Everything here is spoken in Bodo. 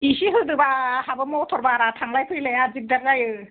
इसे होदोबाल आंहाबो मटर बारहा थांलाय फैलाया दिगदार जायो